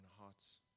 hearts